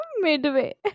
midway